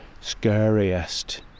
Scariest